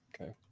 Okay